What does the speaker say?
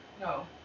No